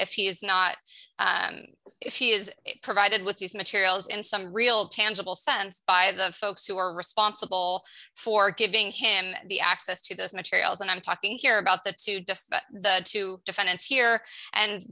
if he is not and if he is provided with these materials and some real tangible sense by the folks who are responsible for giving him the access to those materials and i'm talking here about the to defer to defendants here and